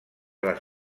les